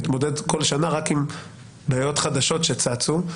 מתמודד כל שנה עם בעיות חדשות שצצו,